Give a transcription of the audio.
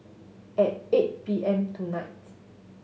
at eight P M tonight